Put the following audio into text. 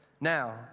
Now